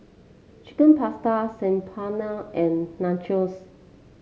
Chicken Pasta Saag Paneer and Nachos